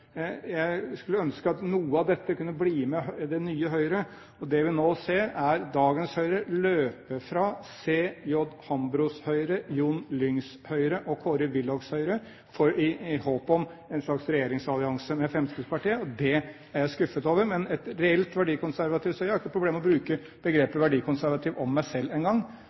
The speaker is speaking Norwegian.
Jeg skulle ønske noe av dette kunne bli med i det nye Høyre. Det vi nå ser, er at dagens Høyre løper fra C.J. Hambros Høyre, Jon Lyngs Høyre og Kåre Willochs Høyre, i håp om en slags regjeringsallianse med Fremskrittspartiet. Det er jeg skuffet over. Men reelt verdikonservativt – jeg har ikke problemer med å bruke begrepet verdikonservativ om meg selv